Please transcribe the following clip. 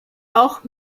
auch